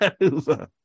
over